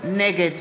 נגד